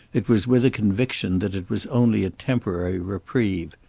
it was with a conviction that it was only a temporary reprieve.